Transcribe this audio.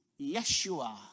Yeshua